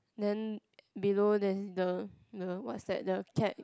then below then the the what's that the cat